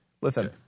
Listen